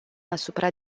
asupra